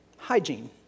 Hygiene